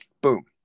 boom